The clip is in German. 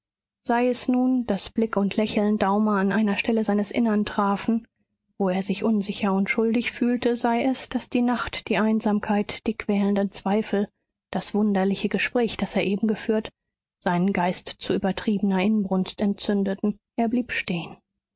sei es nun daß blick und lächeln daumer an einer stelle seines innern trafen wo er sich unsicher und schuldig fühlte sei es daß die nacht die einsamkeit die quälenden zweifel das wunderliche gespräch das er eben geführt seinen geist zu übertriebener inbrunst entzündeten er blieb stehen